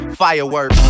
fireworks